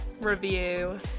Review